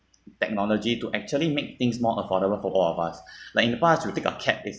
technology to actually make things more affordable for all of us like in the past you take a cab